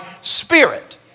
spirit